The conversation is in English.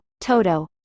toto